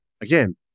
again